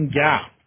gap